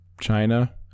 China